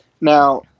Now